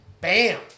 Bam